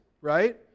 right